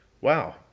Wow